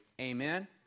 Amen